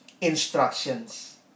instructions